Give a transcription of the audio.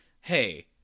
hey